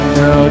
no